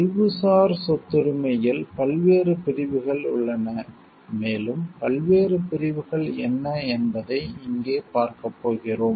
அறிவுசார் சொத்துரிமையில் பல்வேறு பிரிவுகள் உள்ளன மேலும் பல்வேறு பிரிவுகள் என்ன என்பதை இங்கே பார்க்கப் போகிறோம்